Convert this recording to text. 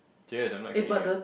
serious I'm not kidding you